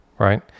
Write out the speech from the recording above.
Right